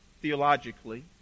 theologically